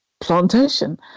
plantation